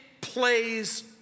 plays